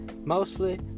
mostly